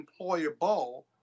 employable